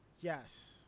yes